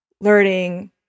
learning